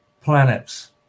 planets